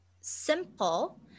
simple